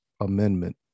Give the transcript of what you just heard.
amendment